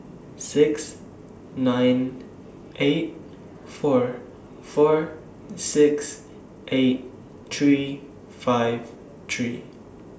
six nine eight four four six eight three five three